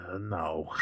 No